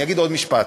אני אגיד עוד משפט